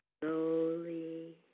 slowly